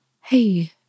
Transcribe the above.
hey